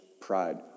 pride